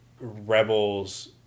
rebels